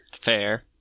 Fair